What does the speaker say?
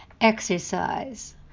Exercise